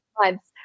months